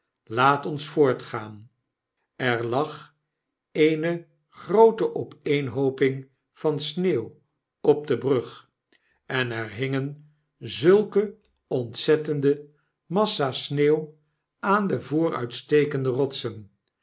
laat ons voortgaan v er lag eene groote opeenhooping van sneeuw op de brug en er hingen zulke ontzettende massa's sneeuw aan de vooruitstekende rotsen